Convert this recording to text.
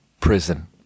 prison